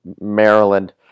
Maryland